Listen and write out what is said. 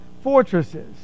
fortresses